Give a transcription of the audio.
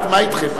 מה אתכם,